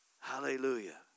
Hallelujah